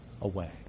away